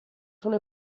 sono